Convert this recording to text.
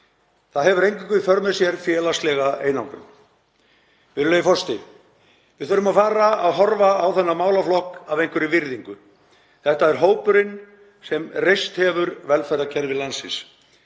Það hefur eingöngu í för með sér félagslega einangrun. Virðulegi forseti. Við þurfum að fara að horfa á þennan málaflokk af einhverri virðingu. Þetta er hópurinn sem reist hefur velferðarkerfi landsins.